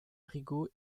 rigaud